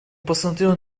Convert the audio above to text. посмотрел